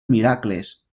miracles